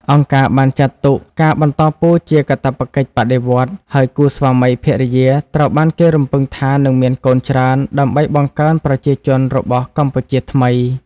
អង្គការបានចាត់ទុកការបន្តពូជជាកាតព្វកិច្ចបដិវត្តន៍ ហើយគូស្វាមីភរិយាត្រូវបានគេរំពឹងថានឹងមានកូនច្រើនដើម្បីបង្កើនប្រជាជនរបស់ "កម្ពុជា" ថ្មី។